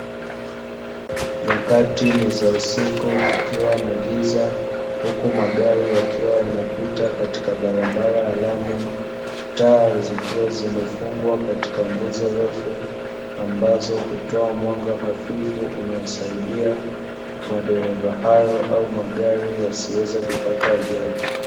Nyakati ni za usiku kukiwa na giza huku magari yakiwa yanapita katika barabara ya rami, taa zikiwa zimefungwa katika nguzo refu, ambazo hutoa mwanga hafifu unaosaidia madereva hao au magari yasiweze kupata ajali.